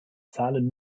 zahlen